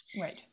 right